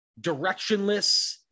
directionless